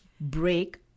break